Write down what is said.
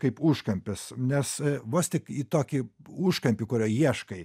kaip užkampis nes vos tik į tokį užkampį kurio ieškai